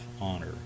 honor